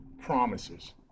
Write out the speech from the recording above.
promises